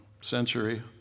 century